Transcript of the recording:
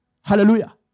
Hallelujah